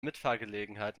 mitfahrgelegenheit